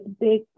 big